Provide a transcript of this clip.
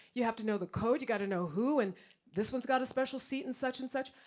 you have to know the code, you gotta know who, and this one's got a special seat and such and such.